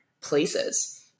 places